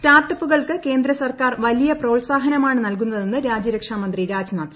സ്റ്റാർട്ടപ്പുകൾക്ക് കേന്ദ്രസർക്കാർ വലിയ പ്രോത്സാഹനമാണ് നൽകുന്നതെന്ന് രാജ്യരക്ഷാമന്ത്രി രാജ്നാഥ്സിംഗ്